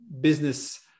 business